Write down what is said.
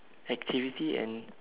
activity and